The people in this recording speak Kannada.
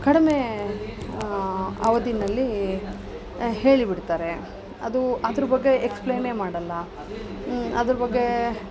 ಕಡಿಮೆ ಅವಧಿನಲ್ಲಿ ಹೇಳಿ ಬಿಡ್ತಾರೆ ಅದು ಅದ್ರ ಬಗ್ಗೆ ಎಕ್ಸ್ಪ್ಲೈನೇ ಮಾಡಲ್ಲ ಅದ್ರ ಬಗ್ಗೆ